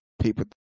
People